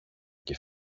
και